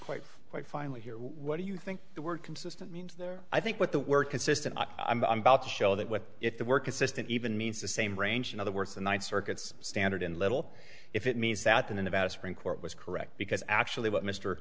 quite quite finally here what do you think the word consistent means there i think what the word consistent i'm about to show that what if the work assistant even means the same range in other words the ninth circuit's standard in little if it means that the nevada supreme court was correct because actually what mr